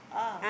oh